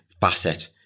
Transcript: facet